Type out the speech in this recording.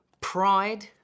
pride